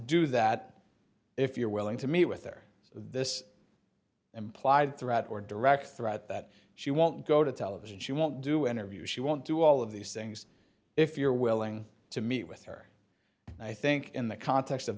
do that if you're willing to meet with their this implied threat or direct threat that she won't go to television she won't do an interview she won't do all of these things if you're willing to meet with her i think in the context of